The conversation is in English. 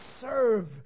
serve